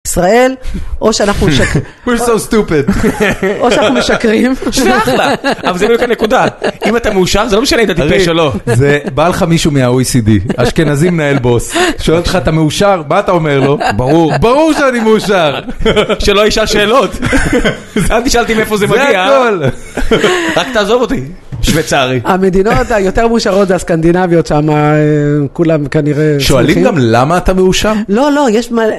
ישראל או שאנחנו משקרים, We're so stupid או שאנחנו משקרים, שזה אחלה, אבל זו באמת הנקודה. אם אתה מאושר זה לא משנה אם אתה טיפש או לא. זה בא לך מישהו מהOECD אשכנזי מנהל בוס, שואל אותך אתה מאושר? מה אתה אומר לו? ברור ברור שאני מאושר. שלא ישאל שאלות! אל תשאל אותי מאיפה זה מגיע, זה הכל, רק תעזוב אותי. שוויצרי. המדינות היותר מאושרות זה הסקנדינביות שם כולם כנראה… שואלים גם למה אתה מאושר? לא לא יש מה